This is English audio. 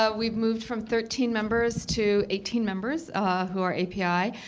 ah we've moved from thirteen members to eighteen members who are aapi,